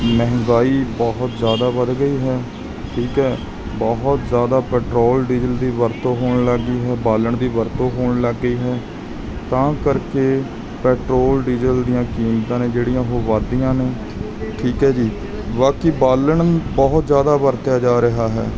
ਮਹਿੰਗਾਈ ਬਹੁਤ ਜ਼ਿਆਦਾ ਵੱਧ ਗਈ ਹੈ ਠੀਕ ਹੈ ਬਹੁਤ ਜ਼ਿਆਦਾ ਪੈਟਰੋਲ ਡੀਜ਼ਲ ਦੀ ਵਰਤੋਂ ਹੋਣ ਲੱਗ ਗਈ ਹੈ ਬਾਲਣ ਦੀ ਵਰਤੋਂ ਹੋਣ ਲੱਗ ਗਈ ਹੈ ਤਾਂ ਕਰਕੇ ਪੈਟਰੋਲ ਡੀਜ਼ਲ ਦੀਆਂ ਕੀਮਤਾਂ ਨੇ ਜਿਹੜੀਆਂ ਉਹ ਵੱਧਦੀਆਂ ਨੇ ਠੀਕ ਹੈ ਜੀ ਬਾਕੀ ਬਾਲਣ ਬਹੁਤ ਜ਼ਿਆਦਾ ਵਰਤਿਆ ਜਾ ਰਿਹਾ ਹੈ